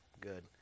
good